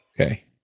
okay